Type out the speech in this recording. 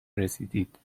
رسیدید